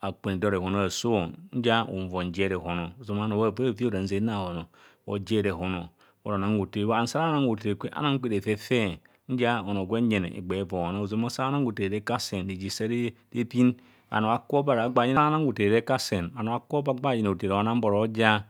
akpene do rehon aaso ọ nzia unvoi bhojer rehon, ozama bhanọo bhaavi bhaavi orạ nzena rahon o. Bhojer rehono, bhoro nang hothene bho and sara anang hothene anang kwe refe refe nzia onogwenjene egbee evoi onar. Ozama sa anang hothene kasen reje sare pin bhanoo bhakubho gwa agba bhayina hothene.